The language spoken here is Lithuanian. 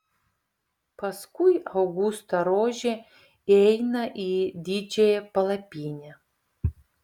paskui augustą rožė įeina į didžiąją palapinę